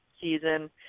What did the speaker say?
season